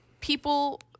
people